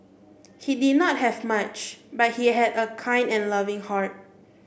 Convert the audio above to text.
he did not have much but he had a kind and loving heart